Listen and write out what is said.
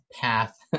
path